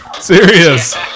Serious